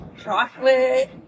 chocolate